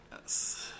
Yes